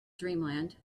dreamland